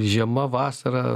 žiema vasara